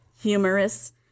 humorous